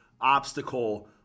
obstacle